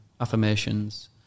affirmations